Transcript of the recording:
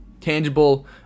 tangible